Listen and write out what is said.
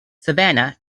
savanna